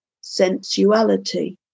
sensuality